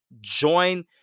join